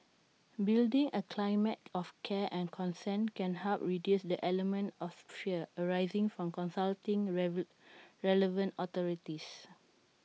building A climate of care and concern can help reduce the element of fear arising from consulting river relevant authorities